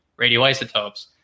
radioisotopes